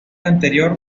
anterior